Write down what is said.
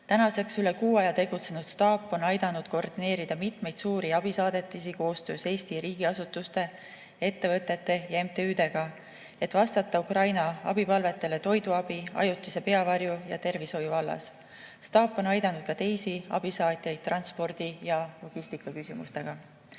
Tänaseks üle kuu aja tegutsenud staap on aidanud koordineerida mitmeid suuri abisaadetisi koostöös Eesti riigiasutuste, ettevõtete ja MTÜ-dega, et vastata Ukraina abipalvetele toiduabi, ajutise peavarju ja tervishoiu vallas. Staap on aidanud ka teisi abisaatjaid transpordi- ja logistikaküsimustes.